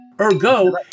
Ergo